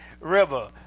river